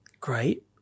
Great